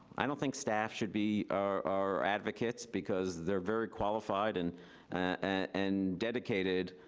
i don't think staff should be our our advocates because they're very qualified and and dedicated,